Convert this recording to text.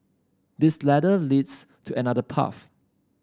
this ladder leads to another path